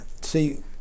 see